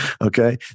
okay